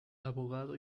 abogado